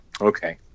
okay